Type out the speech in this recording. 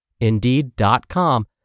Indeed.com